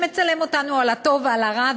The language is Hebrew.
שמצלם אותנו על הטוב ועל הרע,